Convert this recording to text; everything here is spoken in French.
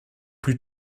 plus